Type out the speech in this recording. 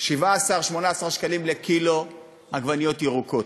17 18 שקלים לקילו עגבניות ירוקות.